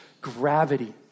gravity